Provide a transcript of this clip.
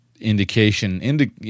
indication